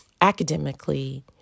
academically